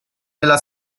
nella